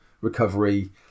recovery